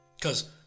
Cause